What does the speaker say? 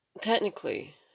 technically